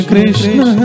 Krishna